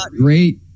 great